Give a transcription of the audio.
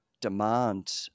demand